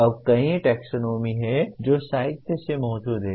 अब कई टैक्सोनॉमी हैं जो साहित्य में मौजूद हैं